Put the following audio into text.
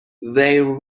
their